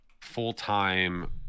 full-time